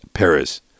Paris